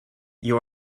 you